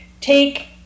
take